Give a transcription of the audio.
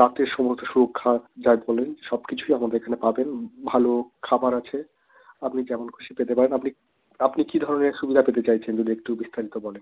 রাতে সমস্ত সুরক্ষা যা বললেন সব কিছুই আমাদের এখানে পাবেন ভালো খাবার আছে আপনি যেমন খুশি পেতে পারেন আপনি আপনি কী ধরনের সুবিধা পেতে চাইছেন যদি একটু বিস্তারিত বলেন